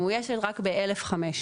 מאוישת רק ב-1,500,